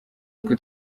twe